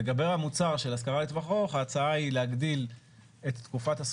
לגבי המוצר של השכרה לטווח ארוך ההצעה היא להגדיל את תקופת